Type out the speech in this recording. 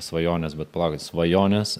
svajonės bet plaukit svajonės